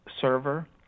server